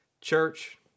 Church